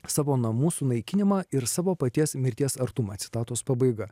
savo namų sunaikinimą ir savo paties mirties artumą citatos pabaiga